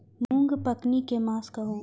मूँग पकनी के मास कहू?